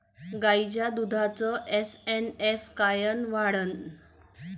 गायीच्या दुधाचा एस.एन.एफ कायनं वाढन?